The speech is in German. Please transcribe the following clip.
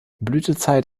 blütezeit